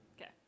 Okay